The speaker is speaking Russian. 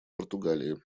португалии